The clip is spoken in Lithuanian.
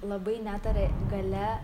labai netaria gale